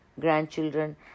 grandchildren